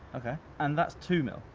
and that's two mil,